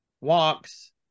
walks